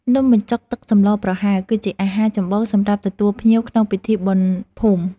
នំបញ្ចុកទឹកសម្លប្រហើរ គឺជាអាហារចម្បងសម្រាប់ទទួលភ្ញៀវក្នុងពិធីបុណ្យភូមិ។